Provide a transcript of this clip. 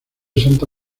santa